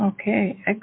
Okay